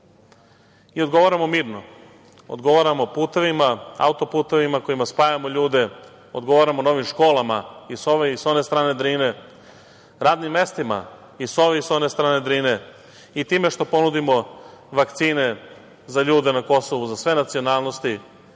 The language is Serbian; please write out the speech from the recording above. i odgovaramo mirno. Odgovaramo putevima, auto-putevima kojima spajamo ljude, odgovaramo novim školama i sa ove i sa one strane Drine, radnim mestima i sa ove i sa one strane Drine i time što ponudimo vakcine za ljude na Kosovu za sve nacionalnosti